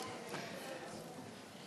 תקציבי 76, תעשייה, לשנת הכספים 2017, נתקבל.